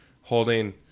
holding